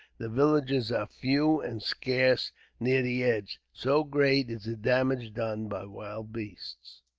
the villages are few and scarce near the edge, so great is the damage done by wild beasts.